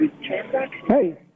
Hey